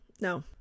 no